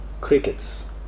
Crickets